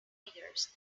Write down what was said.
tigers